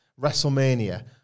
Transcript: WrestleMania